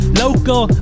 local